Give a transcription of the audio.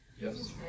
Yes